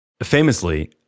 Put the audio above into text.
Famously